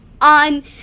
on